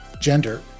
gender